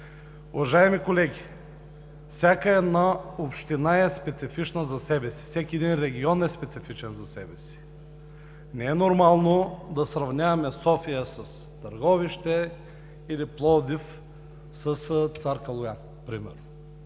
Уважаеми колеги, всяка община е специфична за себе си, всеки регион е специфичен за себе си. Не е нормално да сравняваме София с Търговище или Пловдив с Цар Калоян. Нека